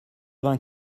vingt